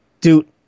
Dude